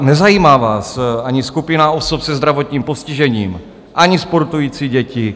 Nezajímá vás ani skupina osob se zdravotním postižením, ani sportující děti.